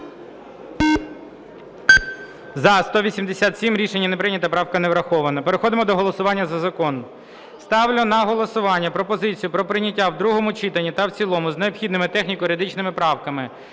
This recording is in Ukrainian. За-187 Рішення не прийнято. Правка не врахована. Переходимо до голосування за закон. Ставлю на голосування пропозицію про прийняття в другому читанні та в цілому з необхідними техніко-юридичними правками